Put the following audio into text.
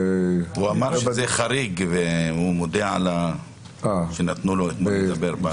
הוא אמר שזה חריג והוא מודה שנתנו לו אתמול לדבר.